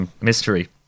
mystery